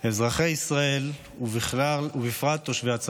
אזרחי ישראל, ובפרט תושבי הצפון,